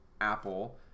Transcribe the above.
Apple